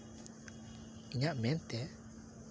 ᱤᱧᱟᱹᱜ ᱢᱮᱱᱛᱮ